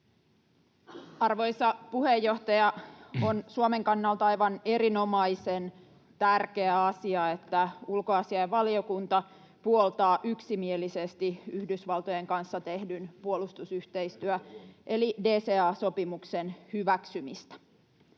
Arvoisa puheenjohtaja! On Suomen kannalta aivan erinomaisen tärkeä asia, että ulkoasiainvaliokunta puoltaa yksimielisesti Yhdysvaltojen kanssa tehdyn puolustusyhteistyö- eli DCA-sopimuksen hyväksymistä.